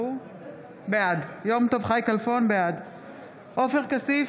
בעד עופר כסיף,